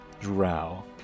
drow